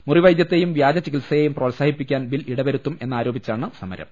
മുറിവൈദ്യത്തെയും വ്യാജ ചികിത്സ യെയും പ്രോത്സാഹിപ്പിക്കാൻ ബിൽ ഇടവരുത്തും എന്നാരോപി ച്ചാണ് സമരം